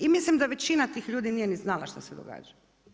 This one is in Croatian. I mislim da većina tih ljudi nije ni znala šta se događa.